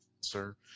sir